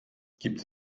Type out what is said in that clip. gibt